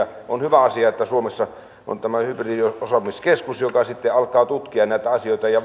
on hyvä asia että suomessa on tämä hybridiosaamiskeskus joka sitten alkaa tutkia näitä asioita ja